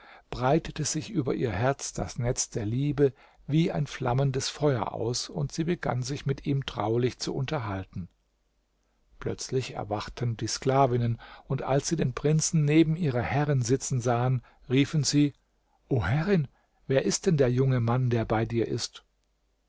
breitete sich über ihr herz das netz der liebe wie ein flammendes feuer aus und sie begann sich mit ihm traulich zu unterhalten plötzlich erwachten die sklavinnen und als sie den prinzen neben ihrer herrin sitzen sahen riefen sie o herrin wer ist denn der junge mann der bei dir ist